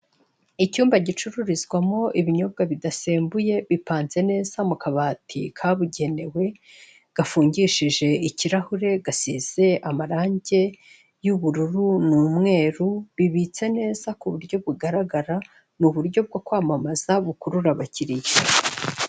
Icyumba gicururizwamo ibinyobwa bidasembuye, bipanze neza mu kabati kabugenewe, gafungishije ikirahure gasize amarange y'ubururu, ni umweru, bibitse neza ku buryo bugaragara, ni uburyo bwo kwamamaza bukurura abakiriya.